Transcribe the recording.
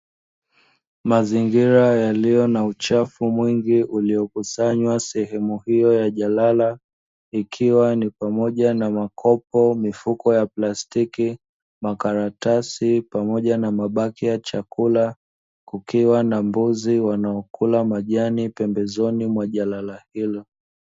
Mazingira yaliyo na uchafu mwingine ulio kusanywa sehemu hiyo ya jalala ikiwa ni pamoja na makopo mifuko ya plastiki, makaratasi pamoja na mabaki ya chakula, kukiwa na mbuzi wanaokula majani mbezoni mwa jalala hilo.